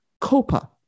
COPA